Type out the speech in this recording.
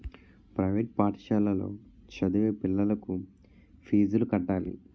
private పాఠశాలలో చదివే పిల్లలకు ఫీజులు కట్టాలి